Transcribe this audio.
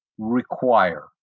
require